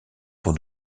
pour